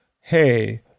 hey